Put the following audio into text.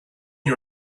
you